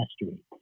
mastery